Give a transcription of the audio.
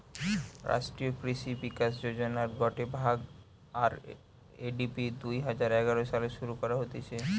রাষ্ট্রীয় কৃষি বিকাশ যোজনার গটে ভাগ, আর.এ.ডি.পি দুই হাজার এগারো সালে শুরু করা হতিছে